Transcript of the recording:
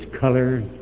color